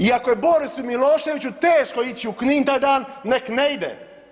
I ako je Borisu Miloševiću teško ići u Knin taj dan neka ne ide.